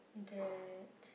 that